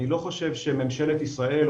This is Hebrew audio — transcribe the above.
אני לא חושב שממשלת ישראל,